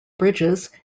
bridges